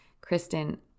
Kristen